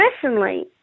personally